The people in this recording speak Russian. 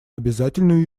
обязательную